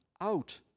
out